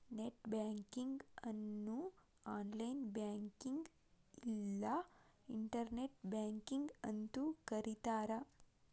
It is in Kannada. ನೆಟ್ ಬ್ಯಾಂಕಿಂಗ್ ಅನ್ನು ಆನ್ಲೈನ್ ಬ್ಯಾಂಕಿಂಗ್ನ ಇಲ್ಲಾ ಇಂಟರ್ನೆಟ್ ಬ್ಯಾಂಕಿಂಗ್ ಅಂತೂ ಕರಿತಾರ